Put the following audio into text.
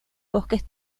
bosques